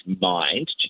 mind